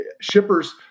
shippers